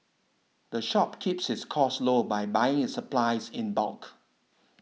the shop keeps its costs low by buying its supplies in bulk